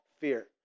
fear